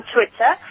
Twitter